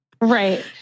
Right